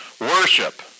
worship